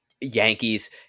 Yankees